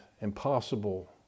impossible